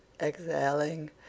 exhaling